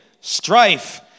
strife